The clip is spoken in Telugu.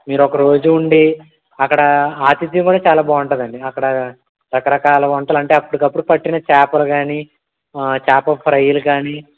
మీరు ఒక రోజు ఉండి అక్కడ ఆతిథ్యం కూడా చాలా బాగుంటుందండి అక్కడ రకరకాల వంటలు అంటే అప్పటికప్పుడు పట్టిన చేపలు కానీ చేప ఫ్రైలు కానీ